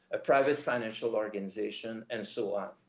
a private financial organization, and so on.